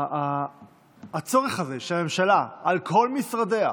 הצורך זה שהממשלה על כל משרדיה,